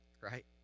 right